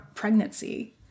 pregnancy